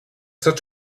such